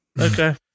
Okay